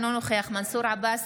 אינו נוכח מנסור עבאס,